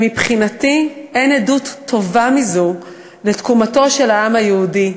ומבחינתי אין עדות טובה מזו לתקומתו של העם היהודי.